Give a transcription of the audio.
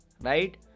right